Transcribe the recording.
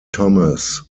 thomas